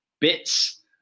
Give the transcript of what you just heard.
bits